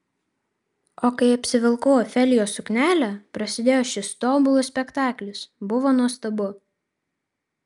o kai apsivilkau ofelijos suknelę prasidėjo šis tobulas spektaklis buvo nuostabu